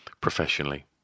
professionally